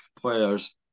players